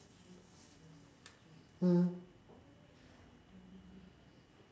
mm